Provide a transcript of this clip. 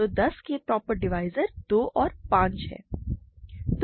तो 10 के proper divisor 2 और 5 हैं